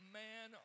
man